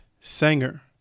Sanger